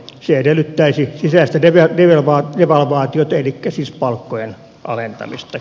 se edellyttäisi sisäistä devalvaatiota elikkä siis palkkojen alentamista